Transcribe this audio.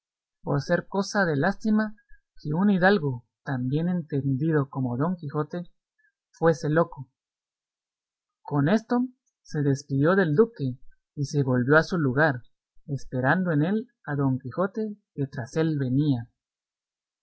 por ser cosa de lástima que un hidalgo tan bien entendido como don quijote fuese loco con esto se despidió del duque y se volvió a su lugar esperando en él a don quijote que tras él venía